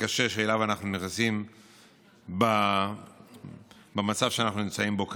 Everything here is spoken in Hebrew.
הקשה שאליו אנחנו נכנסים במצב שאנחנו נמצאים בו כרגע.